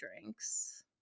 drinks